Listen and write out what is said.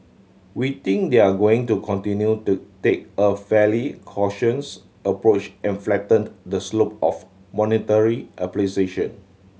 we think they're going to continue to take a fairly cautions approach and flatten the slope of monetary